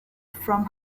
from